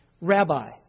rabbi